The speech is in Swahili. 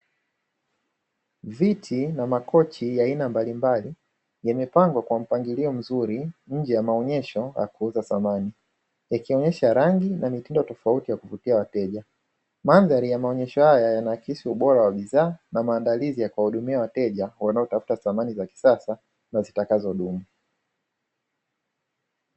Viti na makochi ya aina mbalimbali yamepangwa kwa mpangilio mzuri nje ya maonyesho ya kuuza samani, ikionyesha rangi na mitindo tofauti ya kuvutia wateja. Mandhari ya maonyesho haya yana akisi ubora wa bidhaa na maandalizi ya kuhudumia wateja, wanaotafuta samani za kisasa na zitakazo dumu.